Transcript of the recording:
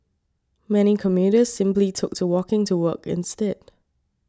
many commuters simply took to walking to work instead